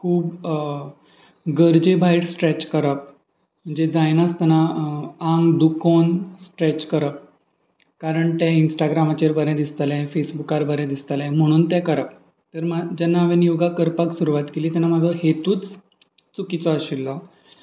खूब गरजे भायट स्ट्रेच करप म्हणजे जायनासतना आंग दुखोवन स्ट्रेच करप कारण तें इंस्टाग्रामाचेर बरें दिसतलें फेसबुकार बरें दिसतलें म्हणून तें करप तर जेन्ना हांवें योगा करपाक सुरवात केली तेन्ना म्हजो हेतूच चुकीचो आशिल्लो